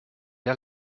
der